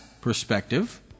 perspective